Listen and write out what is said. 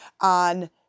on